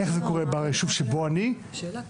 איך זה קורה ביישוב שבו אני כיהנתי,